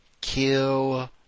kill